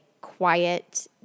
quiet